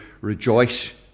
rejoice